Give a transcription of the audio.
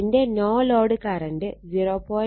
അതിന്റെ no load current 0